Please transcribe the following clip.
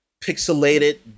pixelated